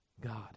God